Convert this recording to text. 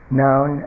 known